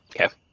okay